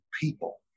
people